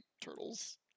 turtles